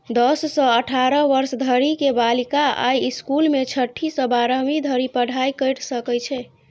दस सं अठारह वर्ष धरि के बालिका अय स्कूल मे छठी सं बारहवीं धरि पढ़ाइ कैर सकै छै